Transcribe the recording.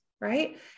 right